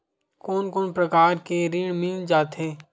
कोन कोन प्रकार के ऋण मिल जाथे?